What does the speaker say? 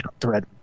thread